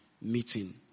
meeting